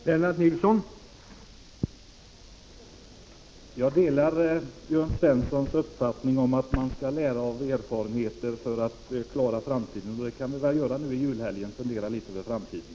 Herr talman! Jag delar Jörn Svenssons uppfattning att man skall lära av erfarenheter för att klara framtiden. Därför tycker jag att vi under julhelgen kan fundera litet över framtiden.